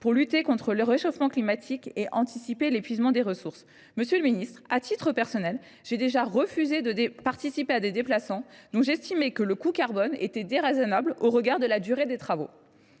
pour lutter contre le réchauffement climatique et pour anticiper l’épuisement des ressources. Monsieur le ministre, à titre personnel, j’ai déjà refusé de participer à des déplacements dont j’estimais le coût carbone déraisonnable au regard de la durée des travaux.